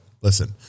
listen